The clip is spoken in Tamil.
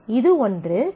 இது 1